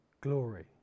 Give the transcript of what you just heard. glory